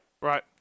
Right